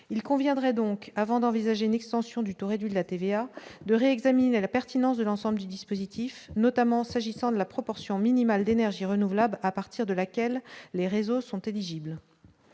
il conviendrait donc avant d'envisager une extension du taux réduit de la TVA de réexaminer la pertinence de l'ensemble du dispositif, notamment s'agissant de la proportion minimale d'énergie renouvelable, à partir de laquelle les réseaux sont éligibles,